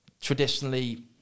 traditionally